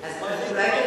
אז אולי,